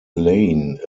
lane